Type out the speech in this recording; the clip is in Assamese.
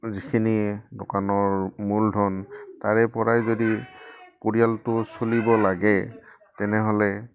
যিখিনি দোকানৰ মূলধন তাৰেপৰাই যদি পৰিয়ালটো চলিব লাগে তেনেহ'লে